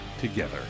together